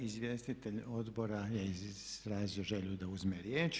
Izvjestitelj odbora je izrazio želju da uzme riječ.